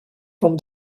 from